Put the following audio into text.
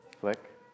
flick